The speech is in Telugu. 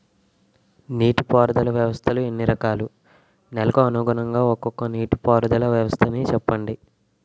నీటి పారుదల వ్యవస్థలు ఎన్ని రకాలు? నెలకు అనుగుణంగా ఒక్కో నీటిపారుదల వ్వస్థ నీ చెప్పండి?